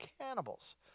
cannibals